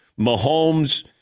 Mahomes